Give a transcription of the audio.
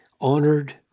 honored